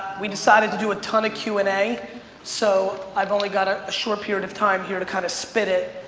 we decided to do a ton of q and a so i've only got ah a short period of time here to kinda spit it.